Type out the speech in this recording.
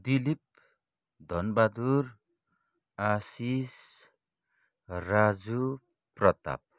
Dilip Dhanbahadur Ashish Raju Pratap